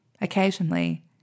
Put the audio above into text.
Occasionally